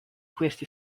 questi